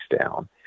down